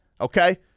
Okay